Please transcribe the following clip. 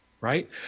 right